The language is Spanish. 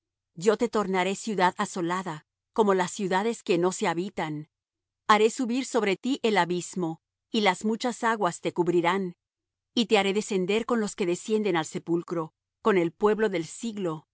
yo te tornaré ciudad asolada como las ciudades que no se habitan haré subir sobre ti el abismo y las muchas aguas te cubrirán y te haré descender con los que descienden al sepulcro con el pueblo del siglo